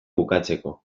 bukatzeko